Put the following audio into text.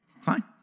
fine